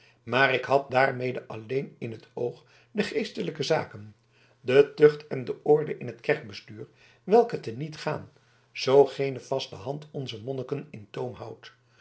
maar ik had daarmede alleen in t oog de geestelijke zaken de tucht en de orde in het kerkbestuur welke te niet gaan zoo geene vaste hand onze monniken in